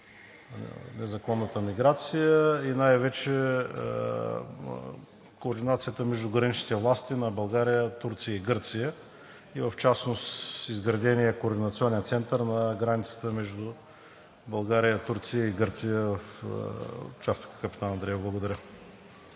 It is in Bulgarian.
незаконната миграция. Най-вече координацията между граничните власти на България, Турция, Гърция и в частност изградения Координационен център на границата между България, Турция и Гърция в участъка Капитан Андреево. Благодаря.